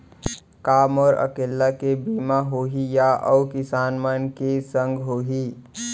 का मोर अकेल्ला के बीमा होही या अऊ किसान मन के संग होही?